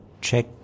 check